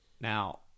now